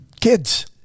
kids